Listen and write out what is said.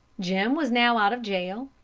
jim was now out of jail,